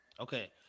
Okay